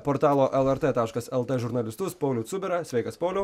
portalo lrt taškas lt žurnalistus paulių cuberą sveikas pauliau